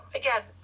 again